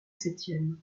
septième